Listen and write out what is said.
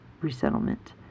resettlement